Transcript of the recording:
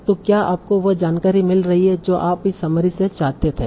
तो क्या आपको वह जानकारी मिल रही है जो आप इस समरी से चाहते थे